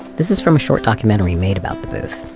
this is from a short documentary made about the booth.